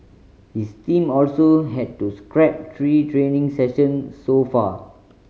his team also had to scrap three training session so far